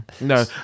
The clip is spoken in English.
No